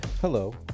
Hello